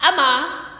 amar